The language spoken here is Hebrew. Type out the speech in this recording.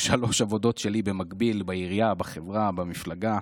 שלוש עבודות שלי במקביל בעירייה, בחברה, במפלגה,